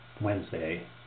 Wednesday